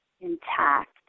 intact